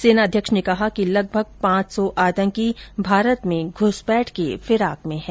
सेना अध्यक्ष ने कहा कि लगभग पांच सौ आतंकी भारत में घुसपैठ की फिराक में हैं